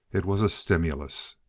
it was a stimulus.